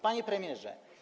Panie Premierze!